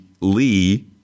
Lee